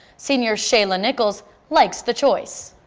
senior shay-la nichols likes the choice.